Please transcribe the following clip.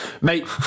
mate